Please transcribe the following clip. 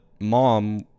mom